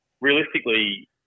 realistically